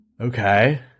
Okay